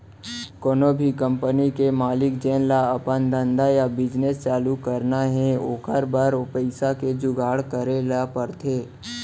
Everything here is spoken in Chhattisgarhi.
कोनो भी कंपनी के मालिक जेन ल अपन धंधा या बिजनेस चालू करना हे ओकर बर पइसा के जुगाड़ करे ल परथे